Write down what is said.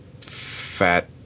fat